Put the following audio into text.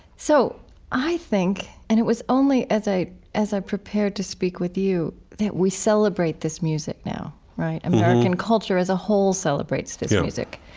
so i think and it was only as i as i prepared to speak with you that we celebrate this music now, right? american culture as a whole celebrates this music.